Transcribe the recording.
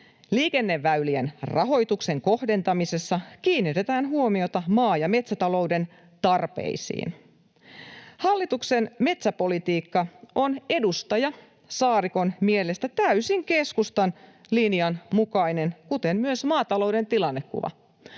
Liikenneväylien rahoituksen kohdentamisessa kiinnitetään huomiota maa‑ ja metsätalouden tarpeisiin. Hallituksen metsäpolitiikka on edustaja Saarikon mielestä täysin keskustan linjan mukainen, kuten myös maatalouden tilannekuva.